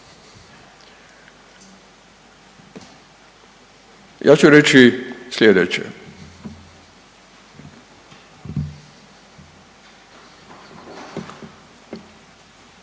ću reći slijedeće.